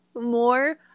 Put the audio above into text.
more